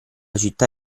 città